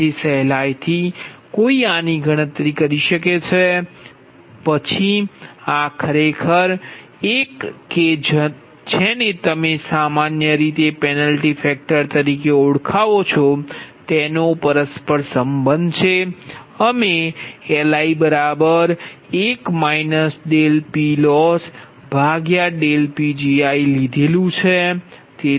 તેથી સહેલાઇથી કોઈ આની ગણતરી કરી શકે છે પછી આ ખરેખર આ એક કે જેને તમે સામાન્ય રીતે પેનલ્ટી ફેક્ટર તરીકે ઓળખો છો તેનો પરસ્પર સંબંધ છે અમે Li1 PLossPgi છે